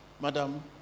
madam